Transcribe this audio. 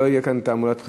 לא תהיה כאן תעמולת בחירות.